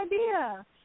idea